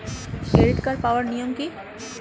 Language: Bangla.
ক্রেডিট কার্ড পাওয়ার নিয়ম কী?